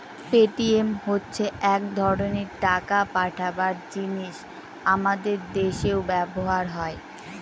Paytm হচ্ছে এক ধরনের টাকা পাঠাবার জিনিস আমাদের দেশেও ব্যবহার হয়